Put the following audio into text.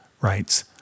writes